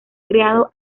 creado